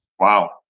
Wow